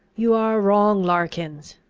you are wrong, larkins!